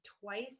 twice